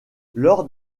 lors